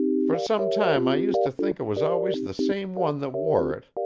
for some time i used to think it was always the same one that wore it,